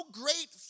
great